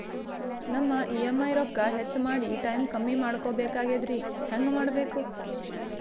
ನಮ್ಮ ಇ.ಎಂ.ಐ ರೊಕ್ಕ ಹೆಚ್ಚ ಮಾಡಿ ಟೈಮ್ ಕಮ್ಮಿ ಮಾಡಿಕೊ ಬೆಕಾಗ್ಯದ್ರಿ ಹೆಂಗ ಮಾಡಬೇಕು?